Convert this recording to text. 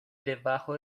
debajo